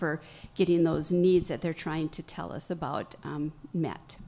for getting those needs that they're trying to tell us about